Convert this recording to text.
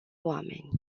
oameni